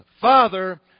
Father